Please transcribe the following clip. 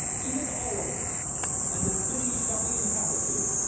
even all of it and the cities shall be inhabited,